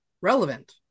relevant